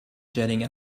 jetting